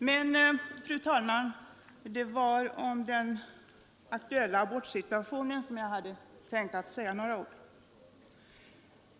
Men, fru talman, det var om den aktuella abortsituationen som jag hade tänkt säga några ord.